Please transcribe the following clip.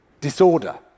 Disorder